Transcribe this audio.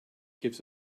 gives